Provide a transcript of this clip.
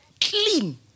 clean